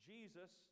Jesus